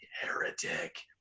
Heretic